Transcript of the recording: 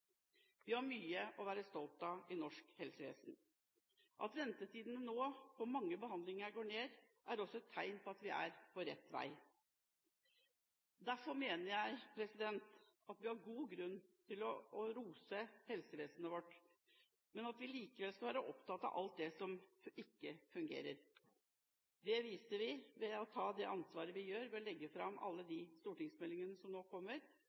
Vi har mye å være stolt av i norsk helsevesen. At ventetiden for mange behandlinger nå går ned, er også et tegn på at vi er på rett vei. Derfor mener jeg at vi har god grunn til å rose helsevesenet vårt, men at vi likevel skal være opptatt av alt det som ikke fungerer. Det viser vi ved å ta det ansvaret vi gjør, ved å legge fram alle de stortingsmeldingene som nå kommer.